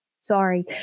Sorry